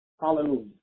Hallelujah